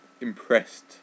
impressed